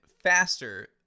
faster